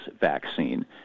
vaccine